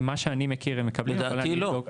ממה שאני מכיר הם מקבלים --- לדעתי לא.